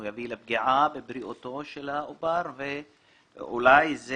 הוא יביא לפגיעה בבריאותו של העובר ואולי זה